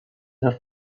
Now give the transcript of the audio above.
dot